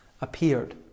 appeared